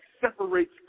separates